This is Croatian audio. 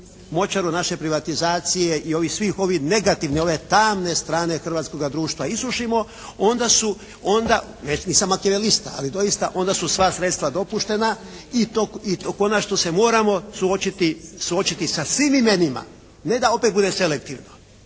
močvaru naše privatizacije i ovih svih ovih negativnih, ove tamne strane hrvatskog društva isušimo onda su, nisam materijalista, ali doista onda su sva sredstva dopuštena i konačno se moramo suočiti sa svim imenima ne da opet bude selektivno.